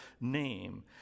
name